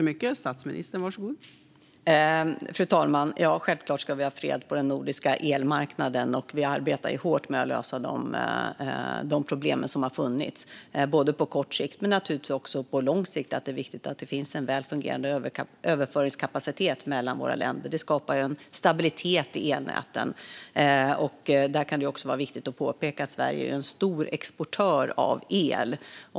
Fru talman! Ja, självklart ska vi ha fred på den nordiska elmarknaden, och vi arbetar hårt med att lösa de problem som har funnits. Inte bara på kort sikt utan naturligtvis även på lång sikt är det viktigt att det finns en väl fungerande överföringskapacitet mellan våra länder; det skapar en stabilitet i elnäten. Där kan det vara viktigt att påpeka att Sverige är en stor exportör av el.